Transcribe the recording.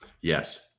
Yes